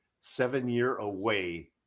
seven-year-away